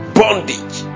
bondage